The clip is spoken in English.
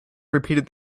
repeated